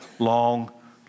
Long